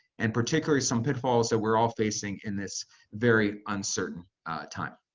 and particularly some pitfalls that we're all facing in this very uncertain time.